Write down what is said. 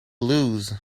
lose